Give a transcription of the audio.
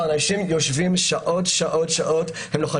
אנשים יושבים שעות על גבי שעות ולוחצים